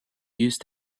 used